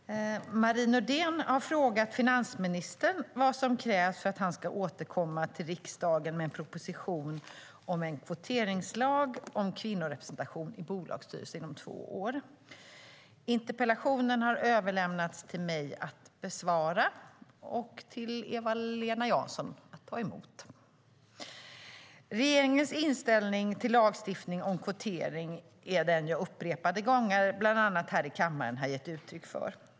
Herr talman! Marie Nordén har frågat finansministern vad som krävs för att han ska återkomma till riksdagen med en proposition om en kvoteringslag om kvinnorepresentationen i bolagsstyrelser inom två år. Interpellationen har överlämnats till mig att besvara och till Eva-Lena Jansson att ta emot. Regeringens inställning till lagstiftning om kvotering är den jag upprepade gånger, bland annat här i kammaren, har gett uttryck för.